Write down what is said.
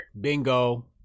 Bingo